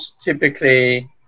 typically